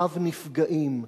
רב נפגעים,